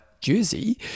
Jersey